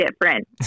different